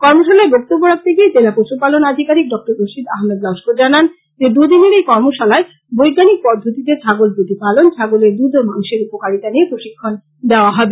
কর্মশালায় বক্তব্য রাখতে জেলা পশুপালন আধিকারীক ডক্টর রশিদ আহমেদ লস্কর জানান যে দু দিনের এই কর্মশালায় বৈজ্ঞানিক পদ্ধতিতে ছাগল প্রতিপালন ছাগলের দুধ ও মাংসের উপকারিতা নিয়ে প্রশিক্ষন দেওয়া হবে